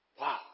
Wow